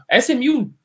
SMU